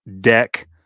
deck